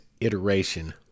iteration